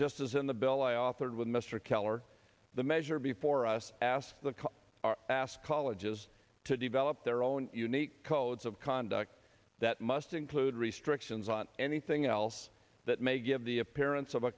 just as in the bill i authored with mr keller the measure before us asks the our ask colleges to develop their own unique codes of conduct that must include restrictions on anything else that may give the appearance of a